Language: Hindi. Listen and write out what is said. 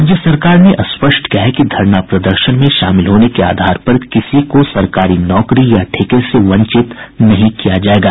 राज्य सरकार ने स्पष्ट किया है कि धरना प्रदर्शन में शामिल होने के आधार पर किसी को सरकारी नौकरी या ठेके के वंचित नहीं किया जायेगा